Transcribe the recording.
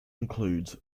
includes